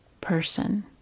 person